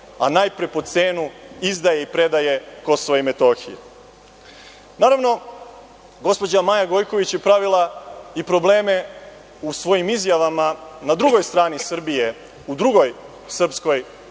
a najpre po cenu izdaje i predaje KiM.Naravno, gospođa Maja Gojković je pravila i probleme u svojim izjavama na drugoj strani Srbije, u drugoj srpskoj